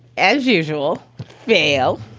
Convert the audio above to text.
as usual, fail.